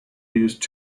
used